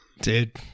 Dude